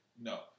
no